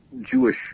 Jewish